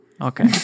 Okay